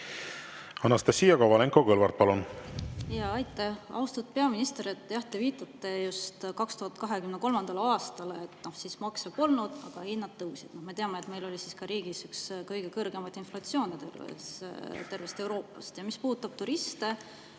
Anastassia Kovalenko-Kõlvart, palun! Aitäh! Austatud peaminister! Te viitate just 2023. aastale, et siis maksu[tõuse] polnud, aga hinnad tõusid. Me teame, et meil oli siis riigis üks kõige kõrgemaid inflatsioone terves Euroopas. Mis puudutab turiste,